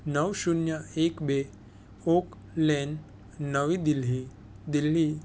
નવ શૂન્ય એક બે ઓક લેન નવી દિલ્હી દિલ્હી